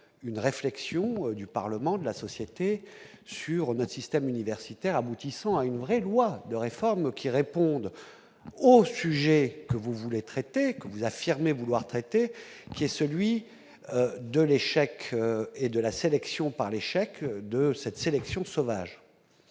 une réflexion du Parlement de la société sur notre système universitaire, aboutissant à une vraie loi de réforme qui répondent, sujet que vous voulez traiter que vous affirmez vouloir traiter qui est celui de l'échec et de la sélection par l'échec de cette sélection sauvage